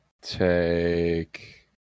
take